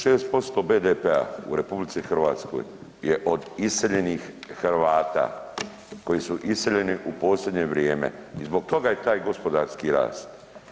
6% BDP-a u RH je od iseljenih Hrvata, koji su iseljeni u posljednje vrijeme i zbog toga je taj gospodarski rast.